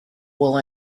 will